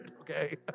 okay